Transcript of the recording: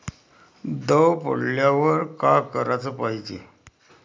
दव पडल्यावर का कराच पायजे?